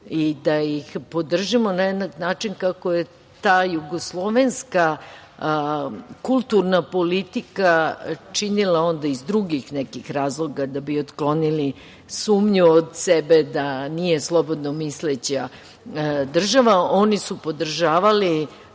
i da ih podržimo na jednak način kako ta jugoslovenska kulturna politika činila onda iz drugih nekih razloga da bi otklonili sumnju od sebe da nije slobodnomisleća država. Oni su podržavali